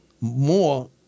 more